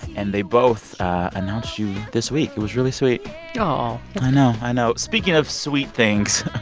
and they both announced you this week. it was really sweet aw i know. i know. speaking of sweet things,